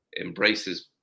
embraces